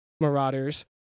Marauders